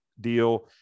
deal